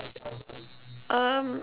um